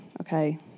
okay